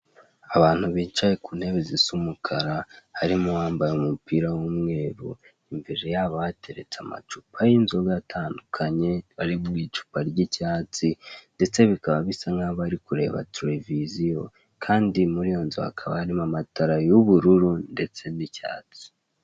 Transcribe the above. Abantu bicaye ku ntebe zisa umukara harimo uwambaye umupira w'umweru, imbere yabo hateretse amacupa y'inzoga atandukanye, ari mu icupa ry'icyatsi ndetse bikaba bisa nkaho bari kureba televiziyo. Kandi muri iyo nzu hakaba harimo amatara y'ubururu ndetse n'icyatsi.